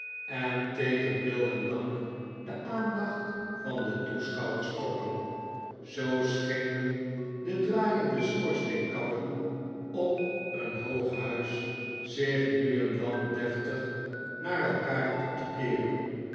en tegen wil en dank de aandacht van de toeschouwers trokken zoo schenen de draaiende schoorsteenkappen op een hoog huis zich nu en dan deftig naar elkaar toe te keeren